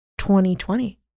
2020